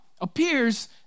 appears